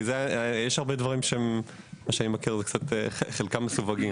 כי יש היום המון דברים וחלקם מסווגים.